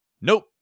nope